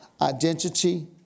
Identity